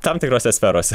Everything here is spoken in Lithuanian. tam tikrose sferose